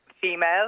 female